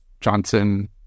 Johnson